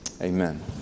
Amen